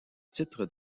titres